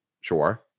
Sure